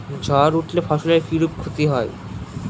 ঝড় উঠলে ফসলের কিরূপ ক্ষতি হয়?